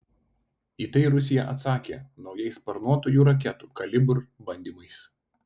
į tai rusija atsakė naujais sparnuotųjų raketų kalibr bandymais